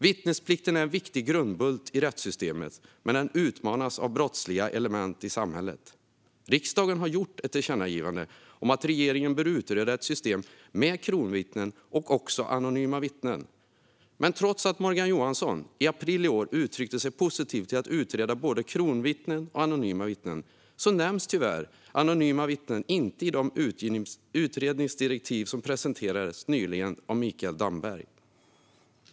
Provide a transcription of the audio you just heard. Vittnesplikten är en viktig grundbult i rättssystemet, men den utmanas av brottsliga element i samhället. Riksdagen har gjort ett tillkännagivande om att regeringen bör utreda ett system med kronvittnen och också anonyma vittnen. Men trots att Morgan Johansson i april i år uttryckte sig positivt till att utreda både kronvittnen och anonyma vittnen nämns tyvärr inte anonyma vittnen i de utredningsdirektiv som nyligen presenterades av Mikael Damberg.